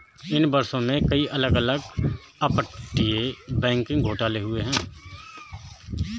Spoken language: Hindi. इन वर्षों में, कई अलग अलग अपतटीय बैंकिंग घोटाले हुए हैं